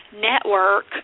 network